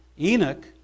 Enoch